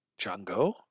Django